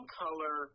color